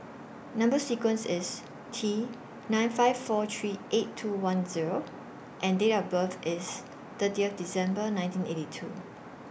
Number sequence IS T nine five four three eight two one Zero and Date of birth IS thirtieth December nineteen eighty two